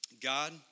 God